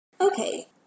Okay